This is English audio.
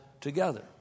together